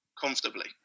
comfortably